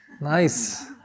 Nice